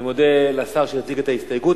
אני מודה לשר שהציג את ההסתייגות.